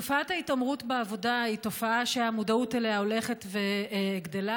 תופעת ההתעמרות בעבודה היא תופעה שהמודעות אליה הולכת וגדלה.